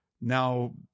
now